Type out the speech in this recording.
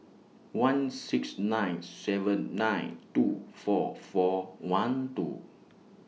one six nine seven nine two four four one two